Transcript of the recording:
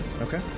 Okay